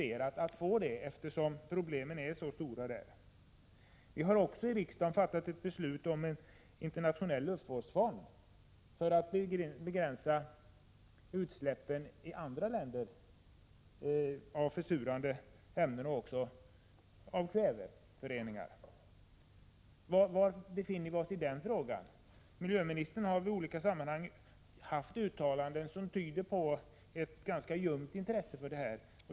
Eftersom problemet är stort tycker vi att det är ganska motiverat med en sådan kommission. För att begränsa utsläppen i andra länder av försurande ämnen har vi här i riksdagen även fattat beslut om en internationell luftvårdsfond. Var befinner vi oss i denna fråga? Miljöministern har i olika sammanhang gjort uttalanden som tyder på ett ganska ljumt intresse för detta.